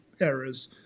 errors